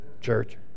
church